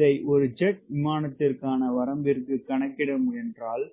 இதை ஒரு ஜெட் விமானத்திற்கான வரம்பிற்கு கணக்கிட முயன்றாள்